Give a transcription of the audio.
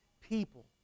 people